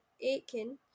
Aiken